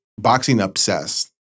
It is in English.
boxing-obsessed